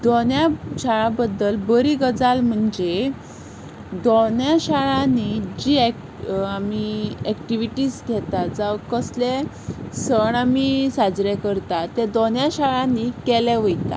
दोनूय शाळां बद्दल बरी गजाल म्हणजे दोनूय शाळांनी जी एक आमी एक्टिविटीज घेता जावं कसले सण आमी साजरे करता ते दोनूय शाळांनी केले वयता